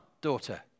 daughter